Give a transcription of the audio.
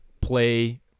play